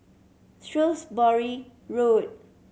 Shrewsbury Road